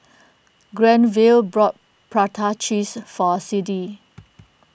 Granville bought Prata Cheese for Siddie